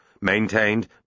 maintained